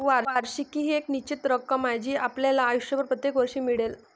वार्षिकी ही एक निश्चित रक्कम आहे जी आपल्याला आयुष्यभर प्रत्येक वर्षी मिळेल